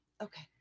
okay